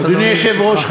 אדוני היושב-ראש,